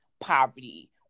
poverty